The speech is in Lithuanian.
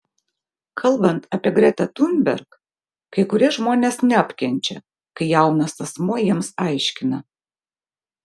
kalbant apie gretą thunberg kai kurie žmonės neapkenčia kai jaunas asmuo jiems aiškina